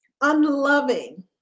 unloving